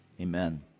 Amen